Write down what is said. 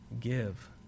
give